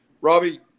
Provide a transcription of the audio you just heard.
Robbie